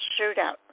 Shootout